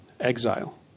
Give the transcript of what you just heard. exile